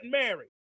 married